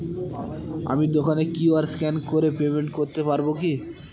আমি দোকানে QR scan করে পেমেন্ট করতে পারবো কি?